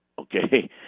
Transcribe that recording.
Okay